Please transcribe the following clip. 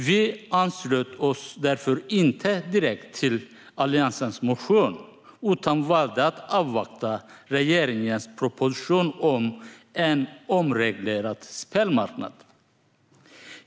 Vi anslöt oss därför inte direkt till Alliansens motion, utan valde att avvakta regeringens proposition om en omreglerad spelmarknad.